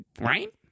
Right